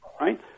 Right